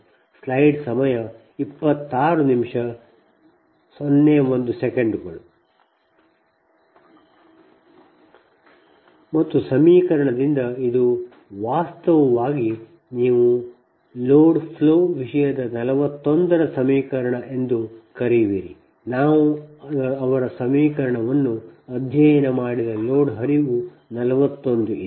ಮತ್ತು ಸಮೀಕರಣದಿಂದ ಮತ್ತು ಇದು ವಾಸ್ತವವಾಗಿ ನೀವು ಲೋಡ್ ಫ್ಲೋ ವಿಷಯದ 41 ರ ಸಮೀಕರಣ ಎಂದು ಕರೆಯುವಿರಿ ನಾವು ಅವರ ಸಮೀಕರಣವನ್ನು ಅಧ್ಯಯನ ಮಾಡಿದ ಲೋಡ್ ಹರಿವು 41 ಇದೆ